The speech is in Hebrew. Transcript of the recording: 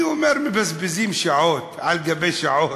אני אומר, מבזבזים שעות על גבי שעות,